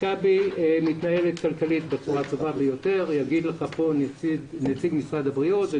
מכבי מתנהלת כלכלית בצורה הטובה ביותר ויאמר זאת כאן נציג משרד הבריאות.